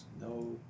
no